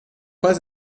pas